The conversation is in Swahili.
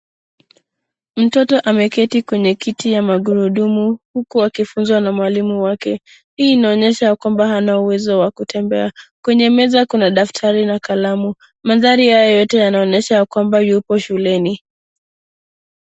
Mtoto ameketi kwenye kiti ya magurudumu huku akifunzwa na mwalimu wake. Hii inaonyesha kwamba ana huwezo wa kutembea. Kwenye meza kuna daftari na kalamu. Mandhari haya yote yanaonyesha ya kwamba yuko shuleni.